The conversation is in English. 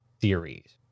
series